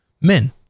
men